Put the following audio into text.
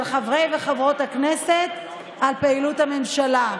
חברי וחברות הכנסת על פעילות הממשלה.